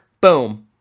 boom